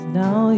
now